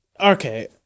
okay